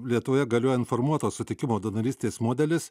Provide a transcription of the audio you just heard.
lietuvoje galioja informuoto sutikimo donorystės modelis